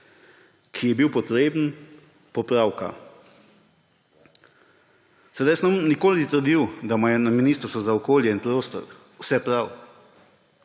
ki je bil potreben popravka. Jaz ne bom nikoli trdil, da imajo na Ministrstvu za okolje in prostor vse prav,